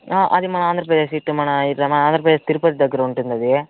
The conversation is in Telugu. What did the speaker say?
అది మన ఆంధ్రప్రదేశ్ ఇటు మన ఇట్ల మన ఆంధ్రప్రదేశ్ తిరుపతి దగ్గర ఉంటుందది